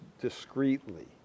discreetly